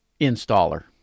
installer